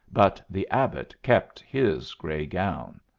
but the abbot kept his gray gown.